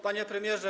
Panie Premierze!